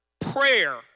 prayer